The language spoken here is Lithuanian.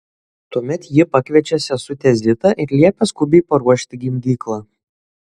tuomet ji pakviečia sesutę zitą ir liepia skubiai paruošti gimdyklą